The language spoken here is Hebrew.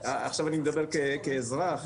עכשיו אני מדבר כאזרח,